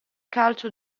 calcio